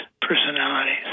personalities